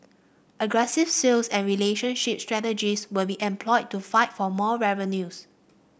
aggressive sales and relationship strategies will be employed to fight for more revenues